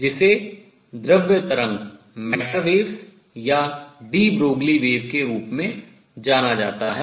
जिसे द्रव्य तरंग या de Broglie wave de Broglie तरंग के रूप में जाना जाता है